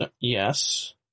Yes